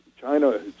China